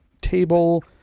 table